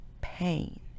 pain